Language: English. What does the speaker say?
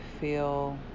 feel